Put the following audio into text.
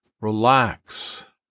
Relax